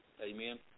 Amen